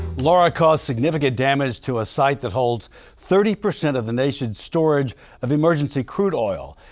laura caused significant damage to a site that holds thirty percent of the nation's storage of emergency crude oil.